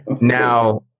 Now